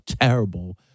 terrible